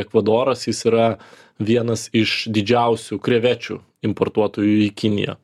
ekvadoras jis yra vienas iš didžiausių krevečių importuotojų į kiniją